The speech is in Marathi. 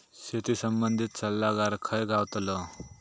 शेती संबंधित सल्लागार खय गावतलो?